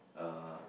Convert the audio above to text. uh